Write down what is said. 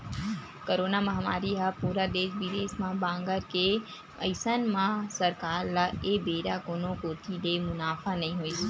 corona महामारी ह पूरा देस बिदेस म बगर गे अइसन म सरकार ल ए बेरा कोनो कोती ले मुनाफा नइ होइस